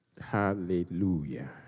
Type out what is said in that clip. Hallelujah